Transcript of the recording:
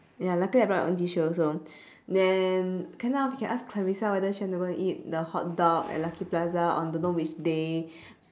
ya luckily I brought my own tissue also then can lah we can ask clarissa whether she want to go to eat the hotdog at lucky plaza on don't know which day